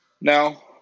Now